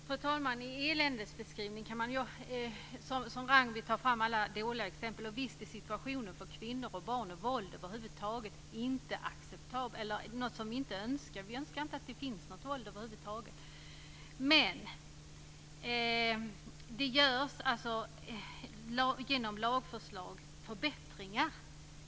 Fru talman! Som Ragnwi kan man ta fram alla dåliga exempel och göra en eländesbeskrivning. Naturligtvis önskar vi inte att kvinnor och barn inte ska utsättas för våld. Vi vill inte att det ska finnas något våld över huvud taget. Genom lagförslag har man åstadkommit förbättringar.